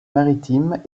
maritime